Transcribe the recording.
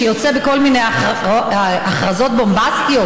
שיוצא בכל מיני הכרזות בומבסטיות,